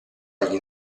agli